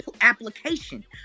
application